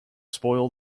spoil